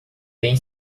tem